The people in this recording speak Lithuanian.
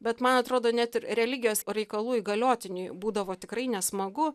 bet man atrodo net ir religijos reikalų įgaliotiniui būdavo tikrai nesmagu